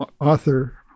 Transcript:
author